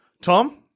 Tom